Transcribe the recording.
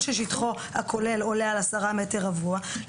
ששטחו הכולל עולה על 10 מטרים רבועים,